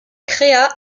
créa